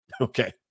Okay